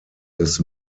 des